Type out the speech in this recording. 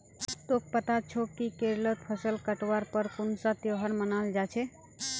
तोक पता छोक कि केरलत फसल काटवार पर कुन्सा त्योहार मनाल जा छे